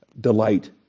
Delight